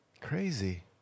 Crazy